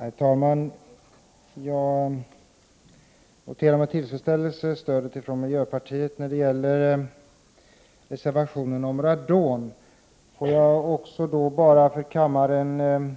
Herr talman! Jag noterar med tillfredsställelse stödet från miljöpartiet när det gäller reservationerna om radon. Jag vill bara för kammarens